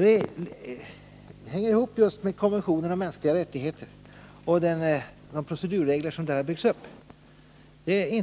Det hänger ihop just med konventionen om de mänskliga rättigheterna och de procedurregler som där har byggts upp. Det